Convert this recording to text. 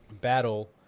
battle